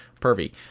pervy